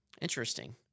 Interesting